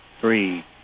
three